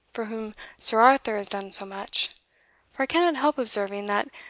for whom sir arthur has done so much for i cannot help observing, that,